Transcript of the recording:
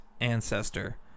ancestor